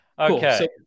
Okay